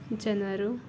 ಜನರು